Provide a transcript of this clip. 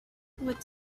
what